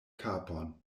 kapon